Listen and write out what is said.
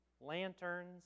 lanterns